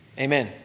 Amen